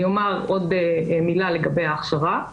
אני אומר עוד מילה לגבי ההכשרה.